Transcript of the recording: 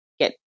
get